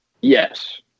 Yes